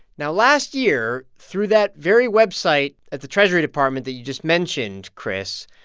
now, last year, through that very website at the treasury department that you just mentioned, chris,